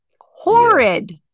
Horrid